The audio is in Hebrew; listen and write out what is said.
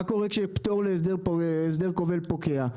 מה קורה כשיש פטור להסדר כובל פוקע?